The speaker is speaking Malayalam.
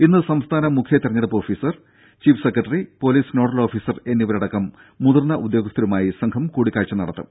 ഇന്ന് സംസ്ഥാന മുഖ്യതെരഞ്ഞെടുപ്പ് officer chief secretary police nodal officer എന്നിവരടക്കം മുതിർന്ന ഉദ്യോഗസ്ഥരുമായി സംഘം കൂടിക്കാഴ്ച നടത്തും